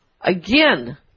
again